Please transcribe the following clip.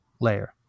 layer